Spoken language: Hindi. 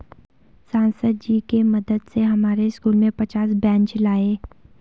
सांसद जी के मदद से हमारे स्कूल में पचास बेंच लाए